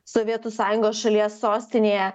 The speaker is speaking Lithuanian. sovietų sąjungos šalies sostinėje